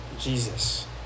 Jesus